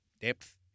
depth